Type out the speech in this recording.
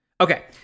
Okay